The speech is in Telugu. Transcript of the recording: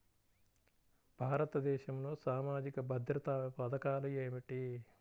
భారతదేశంలో సామాజిక భద్రతా పథకాలు ఏమిటీ?